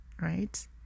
right